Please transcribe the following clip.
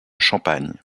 champagne